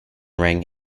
ring